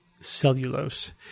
cellulose